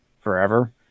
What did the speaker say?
forever